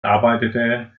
arbeitete